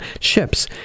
ships